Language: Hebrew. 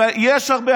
ויש הרבה,